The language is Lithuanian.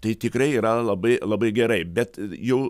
tai tikrai yra labai labai gerai bet jau